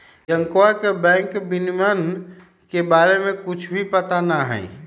रियंकवा के बैंक विनियमन के बारे में कुछ भी पता ना हई